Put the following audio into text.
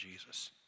Jesus